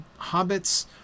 hobbits